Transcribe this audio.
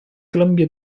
columbia